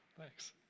Thanks